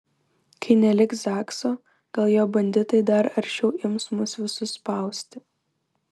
kai neliks zakso gal jo banditai dar aršiau ims mus visus spausti